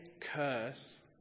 curse